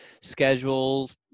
schedules